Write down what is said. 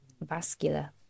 vascular